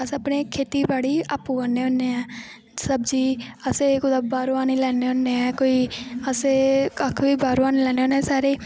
अस अपनी खेती बाड़ी अप्पू करने होन्ने ऐं सब्जी अस बाह्रा दा नी लैन्ने होन्ने ऐं कोई अस कक्ख बी बाह्रा दा नी लैन्ने होन्ने ऐं सारे